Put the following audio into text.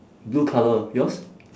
blue colour yours